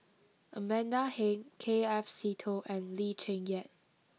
Amanda Heng K F Seetoh and Lee Cheng Yan